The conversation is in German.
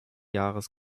jahres